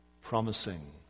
promising